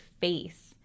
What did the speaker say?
face